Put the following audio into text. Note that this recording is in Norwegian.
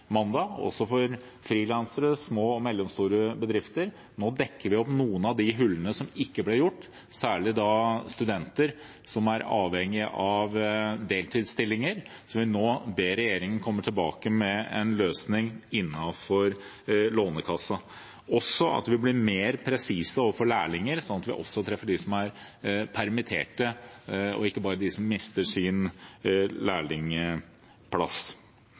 mandag, også for frilansere og små og mellomstore bedrifter. Nå tetter vi noen av hullene som sto igjen, særlig for studenter, som er avhengige av deltidsstillinger, og som vi nå ber regjeringen komme tilbake med en løsning for innenfor Lånekassen. Videre må vi bli mer presise overfor lærlinger, slik at vi også treffer dem som er permittert, og ikke bare dem som mister